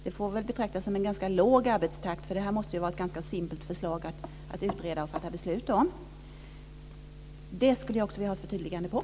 Det får nog betraktas som en ganska låg arbetstakt, för detta måste ju vara ett simpelt förslag att utreda och fatta beslut om. Detta skulle jag också vilja ha ett förtydligande om.